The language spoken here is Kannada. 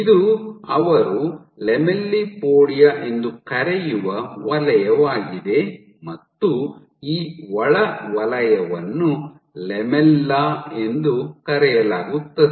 ಇದು ಅವರು ಲ್ಯಾಮೆಲ್ಲಿಪೋಡಿಯಾ ಎಂದು ಕರೆಯುವ ವಲಯವಾಗಿದೆ ಮತ್ತು ಈ ಒಳ ವಲಯವನ್ನು ಲ್ಯಾಮೆಲ್ಲಾ ಎಂದು ಕರೆಯಲಾಗುತ್ತದೆ